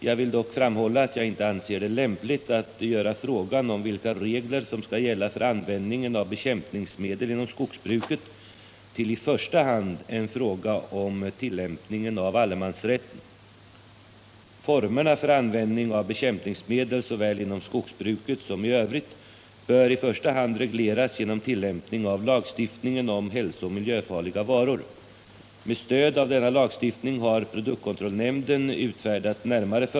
Jag vill dock framhålla att jag inte anser det lämpligt att göra frågan om vilka regler som skall gälla för användningen av bekämpningsmedel inom skogsbruket till i första hand en fråga om tillämpningen av allemansrätten. Formerna för användning av bekämpningsma. 'el, såväl inom skogsbruket som i övrigt, bör i första hand regleras genom tillämpning av lagstiftningen om hälsooch miljöfarliga varor.